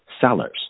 sellers